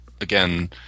again